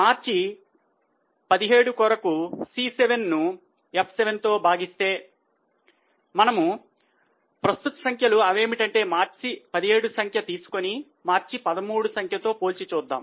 మార్చి 17 కొరకు C7 ను F7 భాగిస్తే మనము ప్రస్తుత సంఖ్యలు అవేమిటంటే మార్చి 17 సంఖ్య తీసుకొని మార్చి 13 సంఖ్యతో పోల్చి చూద్దాం